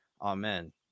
Amen